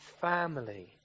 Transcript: family